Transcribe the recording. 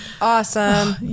awesome